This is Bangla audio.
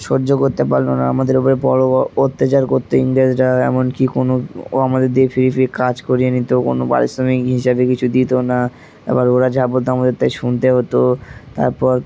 সহ্য করতে পারলো না আমাদের ওপরে বড়ো অত্যাচার করতো ইংরোজরা এমন কি কোনো ও আমাদের দিয়ে ফিরে ফিরে কাজ করিয়ে নিত কোনো পারিশ্রমিক হিসাবে কিছু দিত না তারপর ওরা যাবতো আমাদের তাই শুনতে হতো তারপর